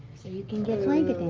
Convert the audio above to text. so you can get flank